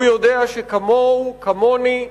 והוא יודע שכמוהו כמוני,